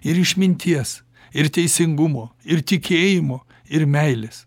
ir išminties ir teisingumo ir tikėjimo ir meilės